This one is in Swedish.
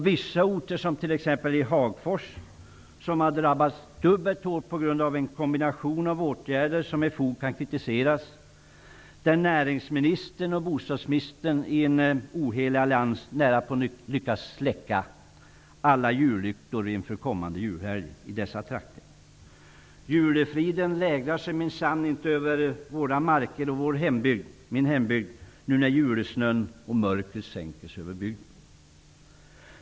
Vissa orter, som t.ex. Hagfors, har drabbats dubbelt hårt på grund av en kombination av åtgärder som med fog kan kritiseras. Näringsministern och bostadsministern har i en ohelig allians närapå lyckats släcka alla jullyktor inför kommande julhelg i dessa trakter. Julefriden lägrar sig minsann inte över våra marker och min hembygd nu när julesnön och mörkret sänker sig över bygden.